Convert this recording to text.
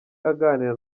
aganira